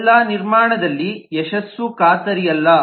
ಈ ಎಲ್ಲಾ ನಿರ್ಮಾಣದಲ್ಲಿ ಯಶಸ್ಸು ಖಾತರಿ ಅಲ್ಲ